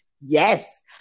Yes